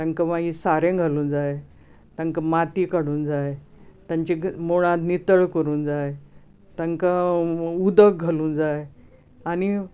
तांका मागीर सारे घालूंक जाय तांकां माती काडूंक जाय तांच्या मुळांक नितळ करूंक जाय तांकां उदक घालूंक जाय आनी